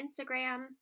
Instagram